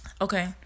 Okay